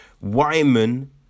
Wyman